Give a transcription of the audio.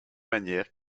manière